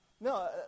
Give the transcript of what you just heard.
No